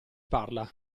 parla